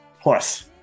Plus